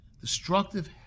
destructive